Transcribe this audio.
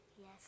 Yes